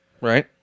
Right